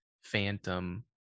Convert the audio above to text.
Phantom